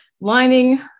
lining